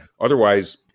Otherwise